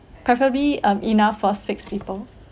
preferably um enough for six people